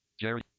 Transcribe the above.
Jerry